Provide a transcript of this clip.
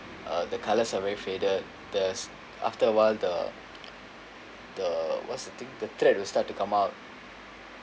uh the colours are very faded there's after a while the the what's the thing the thread will start to come out